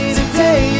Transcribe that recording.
today